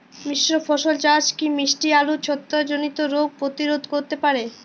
মিশ্র ফসল চাষ কি মিষ্টি আলুর ছত্রাকজনিত রোগ প্রতিরোধ করতে পারে?